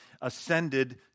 ascended